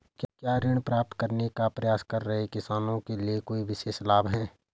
क्या ऋण प्राप्त करने का प्रयास कर रहे किसानों के लिए कोई विशेष लाभ हैं?